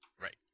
Right